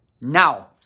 Now